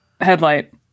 headlight